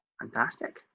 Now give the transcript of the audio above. Fantastic